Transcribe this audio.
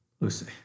Lucy